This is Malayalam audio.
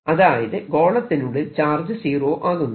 അതായത് ഗോളത്തിനുള്ളിൽ ചാർജ് സീറോ ആകുന്നു